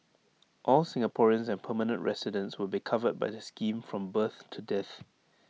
all Singaporeans and permanent residents will be covered by the scheme from birth to death